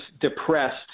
depressed